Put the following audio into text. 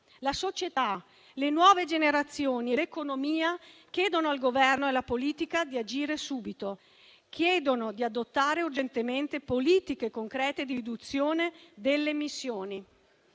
la società, le nuove generazioni e l'economia chiedono al Governo e alla politica di agire subito e di adottare urgentemente politiche concrete di riduzione delle emissioni.